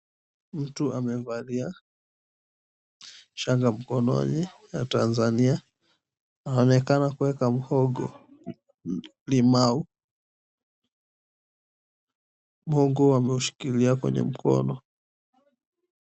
Mtu amevalia shanga mkononi ya Tanzania. Anaonekana kuweka muhogo, limau. Muhogo ameushikilia kwenye mkono.